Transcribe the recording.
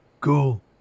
Cool